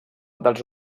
dels